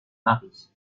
maris